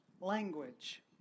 language